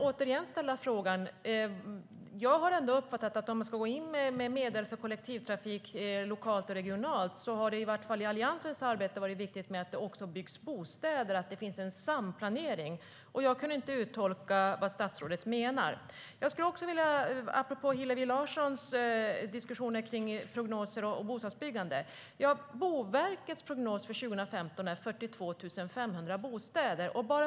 Men om man ska gå in med medel för kollektivtrafik lokalt och regionalt har det i alla fall i Alliansens arbete varit viktigt att det också byggs bostäder, att det finns en samplanering. Jag kunde inte uttolka vad statsrådet menade. Apropå Hillevi Larssons diskussioner om prognoser och bostadsbyggande är Boverkets prognos för 2015 42 500 bostäder.